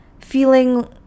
feeling